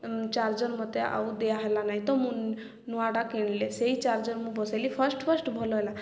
charger ମୋତେ ଆଉ ଦିଆହେଲା ନାଇଁ ତ ମୁଁ ନୂଆଟା କିଣିଲି ସେଇ ଚାର୍ଜର ମୁଁ ବସେଇଲି ଫାଷ୍ଟ ଫାଷ୍ଟ ଭଲ ହେଲା